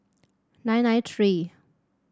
nine nine three